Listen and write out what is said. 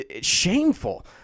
shameful